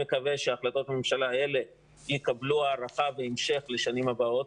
אני מקווה שהחלטות הממשלה האלה יקבלו הארכה והמשך לשנים הבאות,